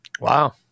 Wow